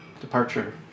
departure